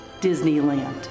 Disneyland